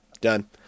Done